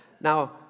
Now